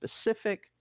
specific